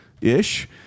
ish